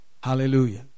Hallelujah